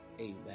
Amen